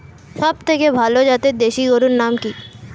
সবথেকে ভালো জাতের দেশি গরুর নাম কি?